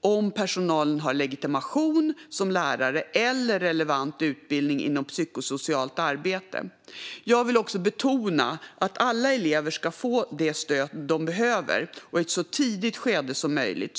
om personalen har legitimation som lärare eller relevant utbildning inom psykosocialt arbete. Jag vill också betona att alla elever ska få det stöd de behöver - och i ett så tidigt skede som möjligt.